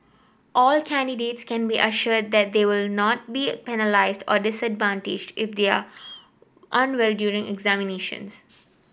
all candidates can be assured that they will not be penalised or disadvantaged if they are unwell during examinations